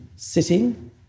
sitting